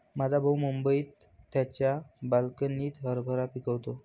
माझा भाऊ मुंबईत त्याच्या बाल्कनीत हरभरा पिकवतो